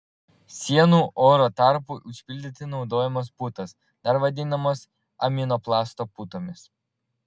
sienų oro tarpui užpildyti naudojamos putos dar vadinamos aminoplasto putomis